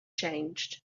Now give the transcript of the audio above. changed